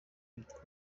akitwa